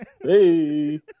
Hey